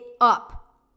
up